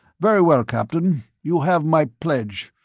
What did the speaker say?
very well, captain, you have my pledge.